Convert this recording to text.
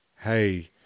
hey